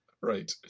right